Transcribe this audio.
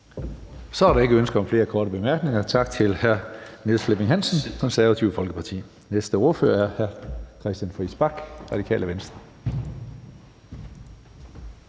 Så er der ikke flere ønsker om korte bemærkninger. Tak til hr. Niels Flemming Hansen, Det Konservative Folkeparti. Næste ordfører er hr. Christian Friis Bach, Radikale Venstre.